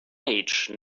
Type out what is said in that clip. age